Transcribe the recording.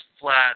flat